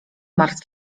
martw